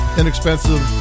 inexpensive